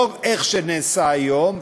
לא איך שזה נעשה היום,